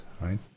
Right